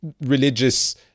religious